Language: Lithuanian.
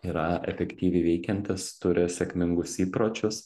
yra efektyviai veikiantys turi sėkmingus įpročius